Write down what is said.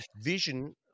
vision